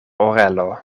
orelo